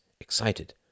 excited